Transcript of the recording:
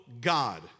God